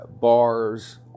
bars